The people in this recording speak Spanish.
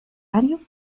año